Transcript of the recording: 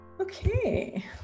Okay